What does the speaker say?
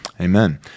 Amen